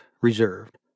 reserved